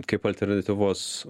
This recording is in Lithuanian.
kaip alternatyvos